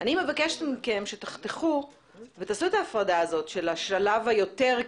אני מבקשת מכם שתעשו את ההפרדה של השלב היותר,